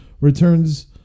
returns